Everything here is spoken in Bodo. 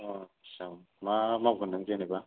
अ आस्सा मा मावगोन नों जेनेबा